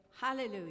Hallelujah